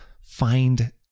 find